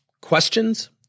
questions